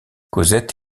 cosette